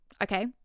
okay